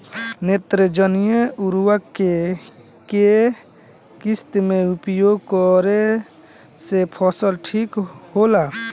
नेत्रजनीय उर्वरक के केय किस्त मे उपयोग करे से फसल ठीक होला?